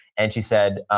and she said,